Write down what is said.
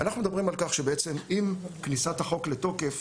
אנחנו מדברים על כך שבעצם עם כניסת החוק לתוקף,